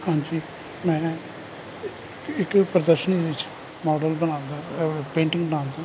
ਹਾਂਜੀ ਮੈਂ ਇੱਕ ਪ੍ਰਦਰਸ਼ਨੀ ਦੇ ਵਿਚ ਮੋਡਲ ਬਣਾਉਂਦਾ ਪੇਂਟਿੰਗ ਬਣਾਉਂਦਾ